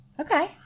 Okay